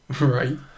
Right